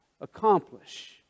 accomplish